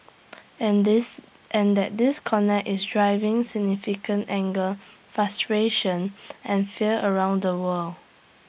and this and that disconnect is driving significant anger frustration and fear around the world